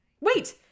Wait